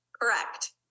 Correct